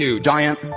giant